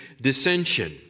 dissension